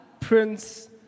Prince